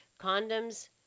condoms